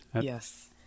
Yes